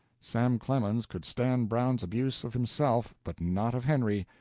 sam clemens could stand brown's abuse of himself, but not of henry.